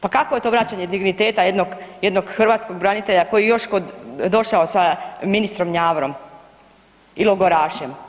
Pa kakvo je to vraćanje digniteta jednog hrvatskog branitelja koji je još došao sa ministrom Njavrom i logorašem.